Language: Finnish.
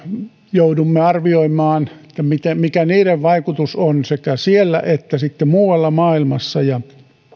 joudumme arvioimaan mikä niiden vaikutus on sekä siellä että sitten muualla maailmassa ja